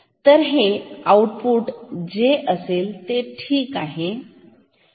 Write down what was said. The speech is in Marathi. तर हे आउटपुट जे असेल ते ठीक आहे